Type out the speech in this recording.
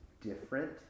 different